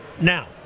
Now